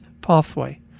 pathway